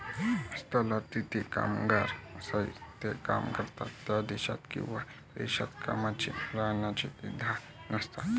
स्थलांतरित कामगार सहसा ते काम करतात त्या देशात किंवा प्रदेशात कायमचे राहण्याचा इरादा नसतात